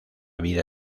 vida